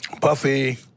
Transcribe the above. Puffy